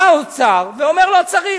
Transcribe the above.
בא האוצר ואומר: לא צריך.